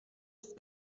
ist